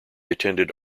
attended